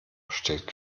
stellt